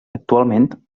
actualment